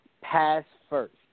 pass-first